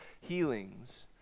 healings